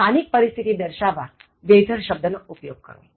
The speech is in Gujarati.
સ્થાનિક પરિસ્થિતિ દર્શાવવા weather શબ્દ નો ઉપયોગ કરો